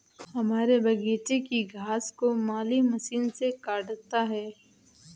हमारे बगीचे की घास को माली मशीन से काटता है